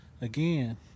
again